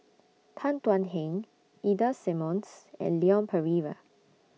Tan Thuan Heng Ida Simmons and Leon Perera